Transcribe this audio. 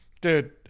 dude